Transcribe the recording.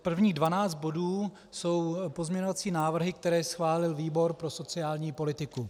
Prvních dvanáct bodů jsou pozměňovací návrhy, které schválil výbor pro sociální politiku.